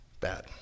Bad